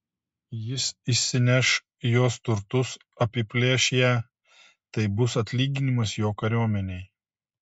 jis išsineš jos turtus apiplėš ją tai bus atlyginimas jo kariuomenei